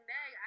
Meg